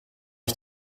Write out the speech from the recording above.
ich